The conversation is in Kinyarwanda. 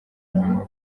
nyuma